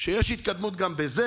שיש התקדמות גם בזה.